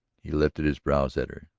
he lifted his brows at her.